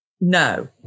no